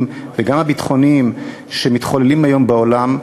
וגם הביטחוניים שמתחוללים היום בעולם,